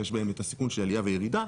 שיש בהם את הסיכון של עליה וירידה,